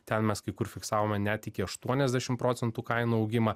ten mes kai kur fiksavome net iki aštuoniasdešim procentų kainų augimą